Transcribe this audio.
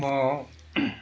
म